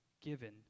given